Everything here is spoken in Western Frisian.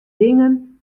dingen